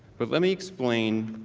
but let me explained